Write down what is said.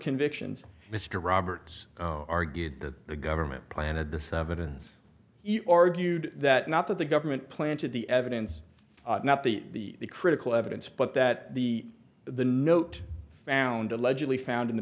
convictions mr roberts argued that the government planted this evidence you argued that not that the government planted the evidence not the critical evidence but that the the note found allegedly found in the